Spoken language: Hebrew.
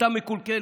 השיטה מקולקלת.